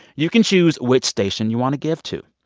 you can choose which station you want to give to.